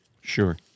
Sure